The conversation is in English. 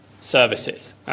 services